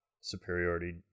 superiority